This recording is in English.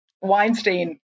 Weinstein